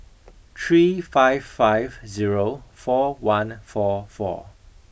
three five five zero four one four four